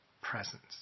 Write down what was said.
presence